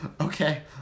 Okay